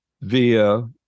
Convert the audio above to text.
via